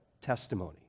testimony